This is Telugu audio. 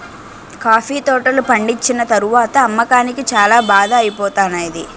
కాఫీ తోటలు పండిచ్చిన తరవాత అమ్మకానికి చాల బాధ ఐపోతానేది